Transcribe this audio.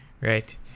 Right